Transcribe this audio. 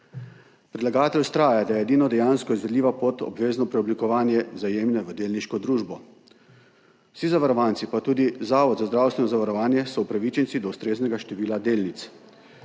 Predlagatelj vztraja, da je edina dejansko izvedljiva pot obvezno preoblikovanje Vzajemne v delniško družbo. Vsi zavarovanci pa tudi Zavod za zdravstveno zavarovanje so upravičenci do ustreznega števila delnic.